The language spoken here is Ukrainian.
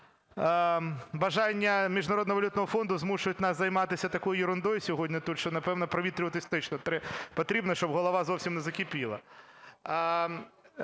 бажання Міжнародного валютного фонду змушують нас займатися такою єрундою сьогодні тут, що, напевно, провітрюватися точно потрібно, щоб голова зовсім не закипіла.